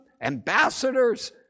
ambassadors